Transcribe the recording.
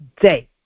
day